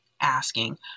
asking